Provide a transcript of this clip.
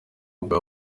bwa